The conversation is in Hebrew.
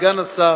סגן השר,